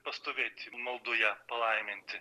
pastovėti maldoje palaiminti